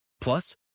Plus